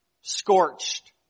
Scorched